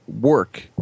work